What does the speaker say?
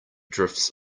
drifts